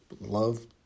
love